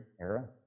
era